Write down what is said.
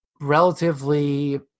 relatively